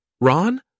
Ron